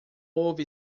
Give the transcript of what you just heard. houve